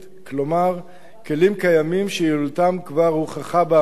כלומר כלים קיימים שיעילותם כבר הוכחה בעבר,